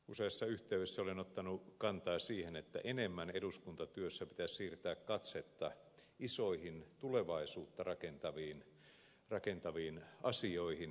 useassa yhteydessä olen ottanut kantaa siihen että enemmän eduskuntatyössä pitäisi siirtää katsetta isoihin tulevaisuutta rakentaviin asioihin